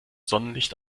sonnenlicht